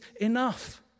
enough